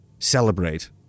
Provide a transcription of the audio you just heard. Celebrate